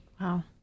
Wow